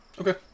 Okay